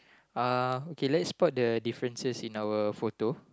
uh okay let spoke the differences in our photo